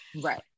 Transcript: right